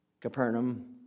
Capernaum